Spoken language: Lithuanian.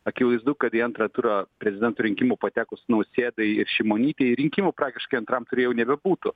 akivaizdu kad į antrą turą prezidento rinkimų patekus nausėdai ir šimonytei rinkimų praktiškai antram ture jau nebebūtų